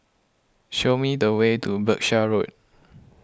show me the way to Berkshire Road